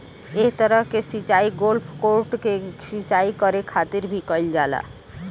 एह तरह के सिचाई गोल्फ कोर्ट के सिंचाई करे खातिर भी कईल जाला